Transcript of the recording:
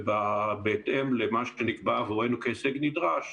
ובהתאם למה שנקבע עבורנו כהישג נדרש,